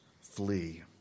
flee